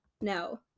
no